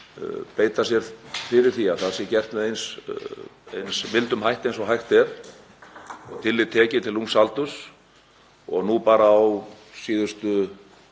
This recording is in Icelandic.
beita sér fyrir því að það sé gert með eins mildum hætti og hægt er og tillit tekið til ungs aldurs. Á síðustu